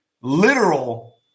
literal